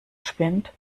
spinnt